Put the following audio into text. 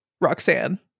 Roxanne